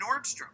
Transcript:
Nordstrom